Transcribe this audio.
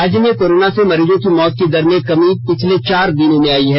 राज्य में कोरोना से मरीजों की मौत की दर में कमी पिछले चार दिनों में आई है